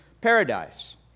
paradise